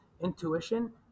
intuition